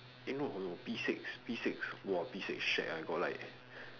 eh no no p six p six !wah! p-six shagged ah got like